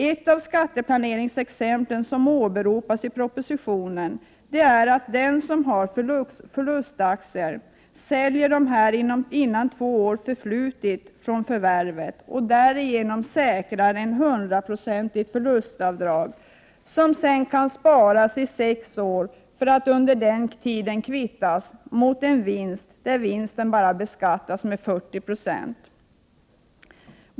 Ett av skatteplaneringsexemplen som åberopas i propositionen är att den som har förlustaktier säljer dessa innan två år förflutit från förvärvet och därigenom säkrar ett hundraprocentigt förlustavdrag, som sedan kan sparas i sex år för att under den tiden kvittas mot en vinst, där vinsten bara beskattas med 40 I.